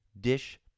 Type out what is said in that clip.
Dish